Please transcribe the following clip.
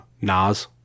Nas